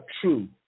true